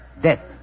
death